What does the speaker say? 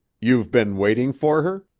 you've been waiting for her?